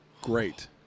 Great